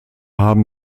haben